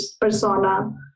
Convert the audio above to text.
persona